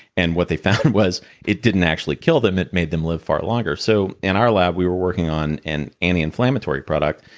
and what they found was it didn't actually kill them. it made them live far longer so in our lab, we were working on an anti-inflammatory product,